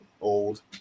old